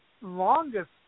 longest